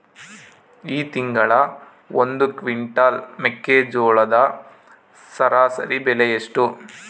ಈ ತಿಂಗಳ ಒಂದು ಕ್ವಿಂಟಾಲ್ ಮೆಕ್ಕೆಜೋಳದ ಸರಾಸರಿ ಬೆಲೆ ಎಷ್ಟು?